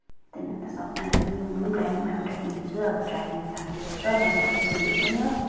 त्यहाँदेखि अन्त स्वप्नाले पनि ब्ल्याकमा एउटा किन्छु अब ट्र्याकिङ जानुपर्छ भन्दै थियो त्यसले पनि हो